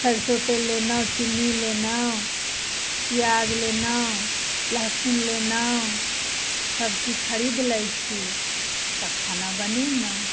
सरिसो तेल लेलहुँ चिन्नी लेलहुँ पिआज लेलहुँ लहसुन लेलहुँ सबचीज खरीद लै छी तऽ खाना बनेलहुँ